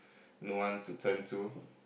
no one to turn to